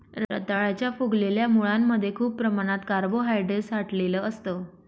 रताळ्याच्या फुगलेल्या मुळांमध्ये खूप प्रमाणात कार्बोहायड्रेट साठलेलं असतं